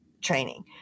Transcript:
training